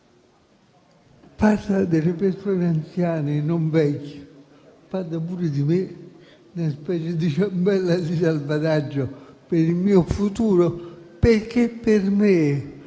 parla delle persone anziane, non vecchie, e parla pure di me, lanciando una specie di ciambella di salvataggio per il mio futuro. Per me,